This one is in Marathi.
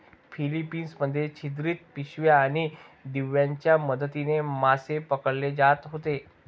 फिलीपिन्स मध्ये छिद्रित पिशव्या आणि दिव्यांच्या मदतीने मासे पकडले जात होते